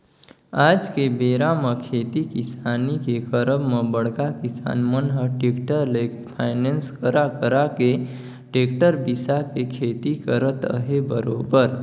आज के बेरा म खेती किसानी के करब म बड़का किसान मन ह टेक्टर लेके फायनेंस करा करा के टेक्टर बिसा के खेती करत अहे बरोबर